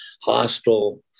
hostile